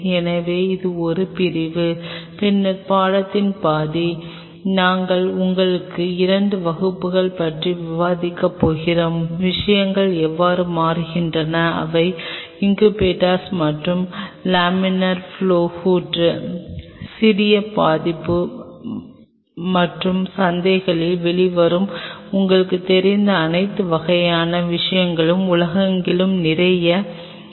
எனவே அது ஒரு பிரிவு பின்னர் பாடத்தின் பாதி நாங்கள் உங்களுக்கு இரண்டு வகுப்புகளைப் பற்றி விவாதிக்கப் போகிறோம் விஷயங்கள் எவ்வாறு மாறுகின்றன அவை இன்குபேட்டர்கள் மற்றும் லேமினார் ப்லொவ் ஹூட் களின் சிறிய பதிப்பு மற்றும் சந்தையில் வெளிவருவது உங்களுக்குத் தெரிந்த அனைத்து வகையான விஷயங்களும் உலகெங்கிலும் நிறைய ஆர்